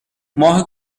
ماه